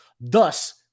Thus